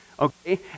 Okay